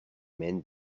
men